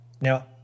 Now